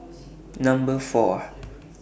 Number four